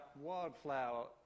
wildflower